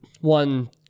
one